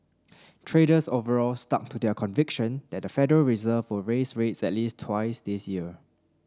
traders overall stuck to their conviction that the Federal Reserve will raise rates at least twice this year